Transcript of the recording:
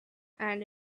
and